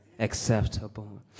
acceptable